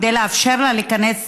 כדי לאפשר להם להיכנס